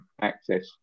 access